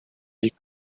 liegt